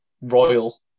Royal